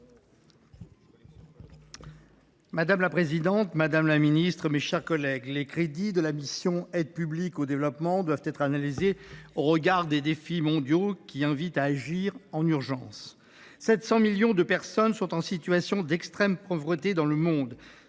Madame la présidente, madame la ministre, mes chers collègues, les crédits de la mission « Aide publique au développement » doivent être analysés au regard des défis mondiaux, qui invitent à agir en urgence. Près de 700 millions de personnes sont en situation d’extrême pauvreté dans le monde,